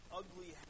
ugly